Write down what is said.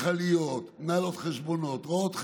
אדריכליות, מנהלות חשבונות, רואות חשבון.